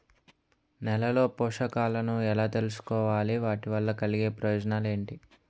నేలలో పోషకాలను ఎలా తెలుసుకోవాలి? వాటి వల్ల కలిగే ప్రయోజనాలు ఏంటి?